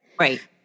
Right